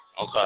okay